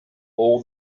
all